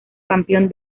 campeón